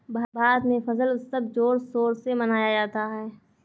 भारत में फसल उत्सव जोर शोर से मनाया जाता है